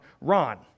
Ron